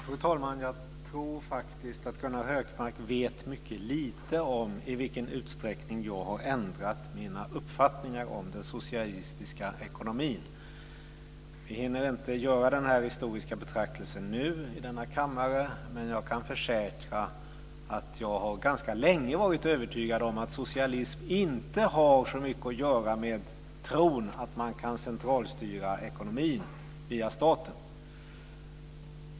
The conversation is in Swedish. Fru talman! Jag tror faktiskt att Gunnar Hökmark vet mycket lite om i vilken utsträckning jag har ändrat mina uppfattningar om den socialistiska ekonomin. Vi hinner inte göra denna historiska betraktelse nu i denna kammare, men jag kan försäkra att jag ganska länge har varit övertygad om att socialism inte har så mycket att göra med tron att man kan centralstyra ekonomin via staten.